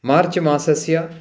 मार्चमासस्य